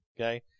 okay